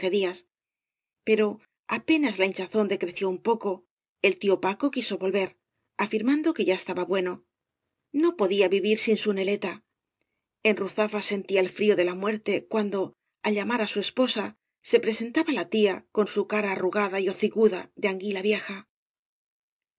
pero apenas la hinchazón decreció ua poco el tío paco quiso volver afirmando que ya estaba bueno no podía vivir sin bu neieta en ruzafa sentía el frío de la muerte uando al llamar á su esposa se presentaba la tía con su cara arrugada y hocicuda de anguila vieja